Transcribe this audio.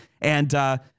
And-